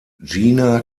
gina